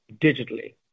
digitally